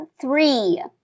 three